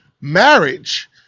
marriage